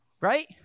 Right